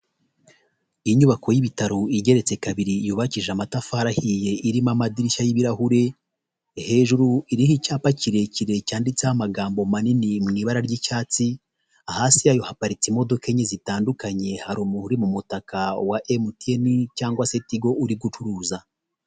Inyubako y'ibitaro igeretse kabiri yubakishije amatafari ahiye, irimo amadirishya y'ibirahure, hejuru iriho icyapa kirekire cyanditseho amagambo manini mu ibara ry'icyatsi, hasi yayo haparitse imodoka enye zitandukanye, hari umuntu uri mu mutaka wa MTN cyangwa se Tigo, uri gucuruza.